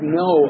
no